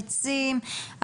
העצים,